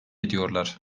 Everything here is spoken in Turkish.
ediyorlar